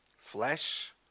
flesh